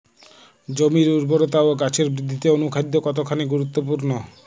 জমির উর্বরতা ও গাছের বৃদ্ধিতে অনুখাদ্য কতখানি গুরুত্বপূর্ণ?